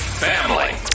Family